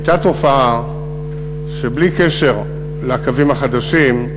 הייתה תופעה שבלי קשר לקווים החדשים,